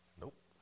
Nope